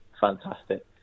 fantastic